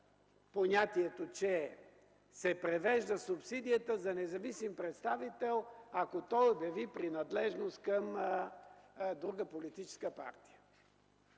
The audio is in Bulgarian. понятието, че се превежда субсидията за независим представител, ако той обяви принадлежност към друга политическа партия.